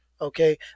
Okay